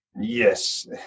Yes